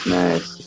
nice